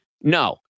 No